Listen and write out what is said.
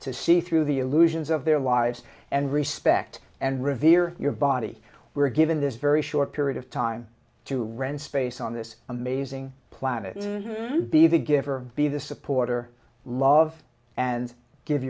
to see through the illusions of their lives and respect and revere your body we're given this very short period of time to rent space on this amazing planet be the giver be the support or love and give